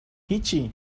هیچی